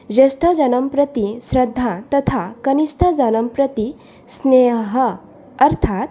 ज्येष्ठजनम्प्रति श्रद्धा तथा कनिष्ठजनम्प्रति स्नेहः अर्थात्